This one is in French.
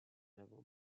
avant